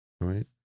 right